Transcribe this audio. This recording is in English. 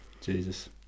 Jesus